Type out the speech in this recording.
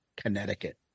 connecticut